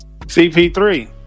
CP3